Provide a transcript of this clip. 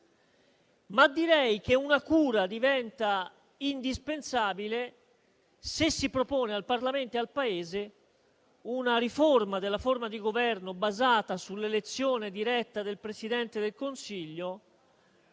però che una cura diventa indispensabile se si propone al Parlamento e al Paese una riforma della forma di governo basata sull'elezione diretta del Presidente del Consiglio,